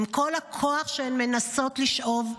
עם כל הכוח שהן מנסות לשאוב,